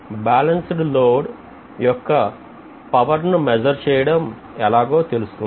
balanced load యొక్క పవర్ను measure చేయడం ఎలాగో తెలుసుకుందాం